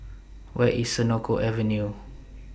Where IS Senoko Avenue